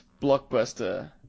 blockbuster